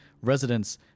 residents